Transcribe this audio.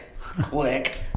click